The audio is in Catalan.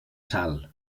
sal